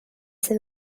sydd